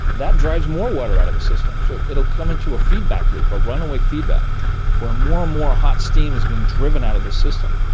that drives more water out of the system, so it'll come into a feedback loop, a runaway feedback where more and more hot steam is being driven out of this system.